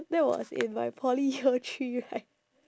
that was in my poly year three right